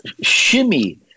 shimmy